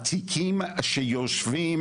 התיקים שיושבים